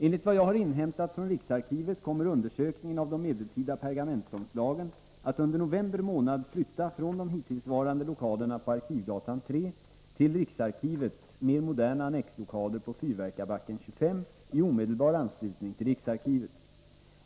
Enligt vad jag har inhämtat från riksarkivet kommer undersökningen av de medeltida pergamentomslagen att under november månad flytta från de hittillsvarande lokalerna på Arkivgatan 3 till riksarkivets mer moderna annexlokaler på Fyrverkarbacken 25 i omedelbar anslutning till riksarkivet.